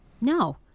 No